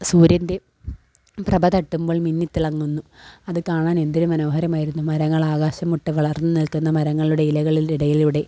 സൂര്യൻ്റെ പ്രഭ തട്ടുമ്പോൾ മിന്നിത്തിളങ്ങുന്നു അത് കാണാനെന്തൊരു മനോഹരമായിരുന്നു മരങ്ങളാകാശം മുട്ടെ വളർന്നു നിൽക്കുന്ന മരങ്ങളുടെ ഇലകളിലിടയിലൂടെ